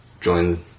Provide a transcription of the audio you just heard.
join